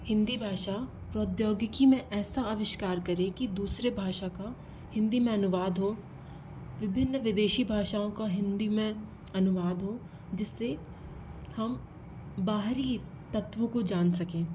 हिंदी भाषा प्रौद्योगिकी में ऐसा आविष्कार करें कि दूसरे भाषा का हिंदी में अनुवाद हो विभिन्न विदेशी भाषाओं का हिंदी में अनुवाद हो जिससे हम बाहरी तत्वों को जान सके